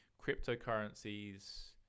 cryptocurrencies